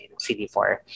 CD4